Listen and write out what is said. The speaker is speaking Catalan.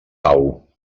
pau